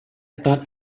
thought